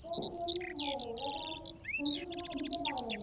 phone করলেই ভালো ওরা তো আর সম্পূর্ণ টাকা দিতে পারবে না